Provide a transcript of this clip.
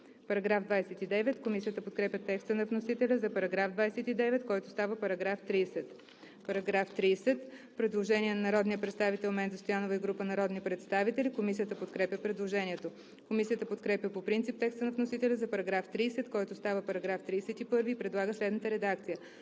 този закон.“ Комисията подкрепя текста на вносителя за § 29, който става § 30. По § 30 има предложение на народния представител Менда Стоянова и група народни представители. Комисията подкрепя предложението. Комисията подкрепя по принцип текста на вносителя за § 30, който става § 31, и предлага следната редакция: